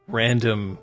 random